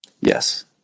Yes